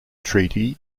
treaty